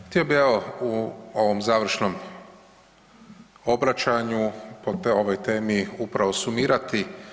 Htio bih evo u ovom završnom obraćanju po ovoj temi upravo sumirati.